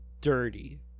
dirty